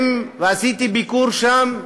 עשיתי ביקור שם,